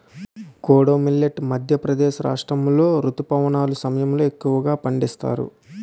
kodo millet Madhya Pradesh రాష్ట్రాములో రుతుపవనాల సమయంలో ఎక్కువగా పండిస్తారు